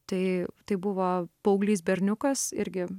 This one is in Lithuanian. tai tai buvo paauglys berniukas irgi